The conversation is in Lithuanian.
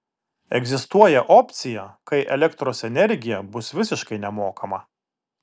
egzistuoja opcija kai elektros energija bus visiškai nemokama